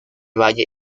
valle